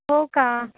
हो का